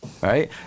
Right